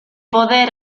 poder